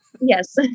Yes